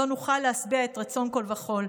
/ לא נוכל להשביע את רצון כול וכול.